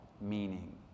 meaning